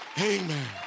Amen